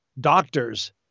doctors